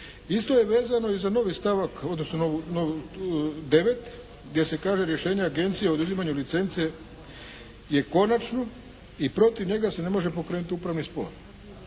Isto je vezano i za novi stavak odnosno 9. gdje se kaže, rješenja agencije o oduzimanju licence je konačno i protiv njega se ne može pokrenuti upravni spor.